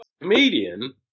comedian